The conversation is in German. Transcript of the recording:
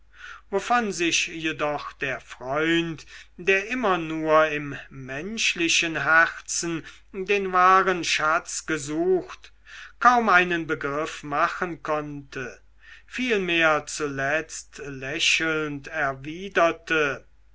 wovon sich jedoch der freund der immer nur im menschlichen herzen den wahren schatz gesucht kaum einen begriff machen konnte vielmehr zuletzt lächelnd